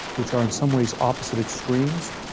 which are, in some ways, opposite extremes.